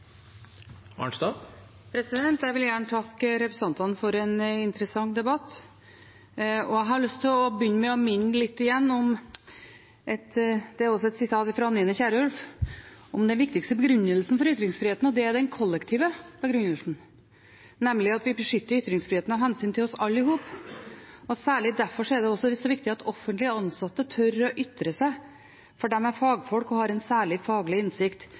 Jeg vil gjerne takke representantene for en interessant debatt. Jeg har lyst til å begynne med igjen å minne om den viktigste begrunnelsen for ytringsfriheten – dette er også et sitat fra Anine Kierulf – og det er den kollektive begrunnelsen, nemlig at vi beskytter ytringsfriheten av hensyn til oss alle. Derfor er det særlig viktig at også offentlig ansatte tør å ytre seg, for de er fagfolk og har en særlig faglig innsikt